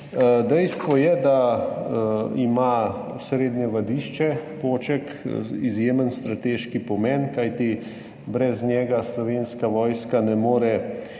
Dejstvo je, da ima osrednje vadišče Poček izjemen strateški pomen, kajti brez njega Slovenska vojska ne more